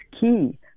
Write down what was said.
key